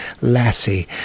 lassie